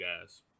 guys